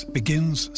begins